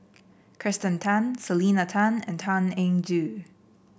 Kirsten Tan Selena Tan and Tan Eng Joo